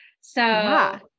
So-